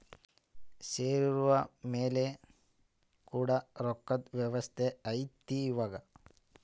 ಷೇರು ಮೇಲೆ ಕೂಡ ರೊಕ್ಕದ್ ವ್ಯವಸ್ತೆ ಐತಿ ಇವಾಗ